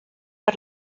per